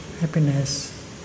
Happiness